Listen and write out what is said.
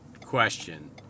question